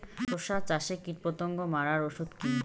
শসা চাষে কীটপতঙ্গ মারার ওষুধ কি?